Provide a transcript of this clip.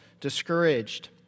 discouraged